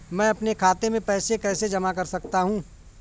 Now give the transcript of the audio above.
मैं अपने खाते में पैसे कैसे जमा कर सकता हूँ?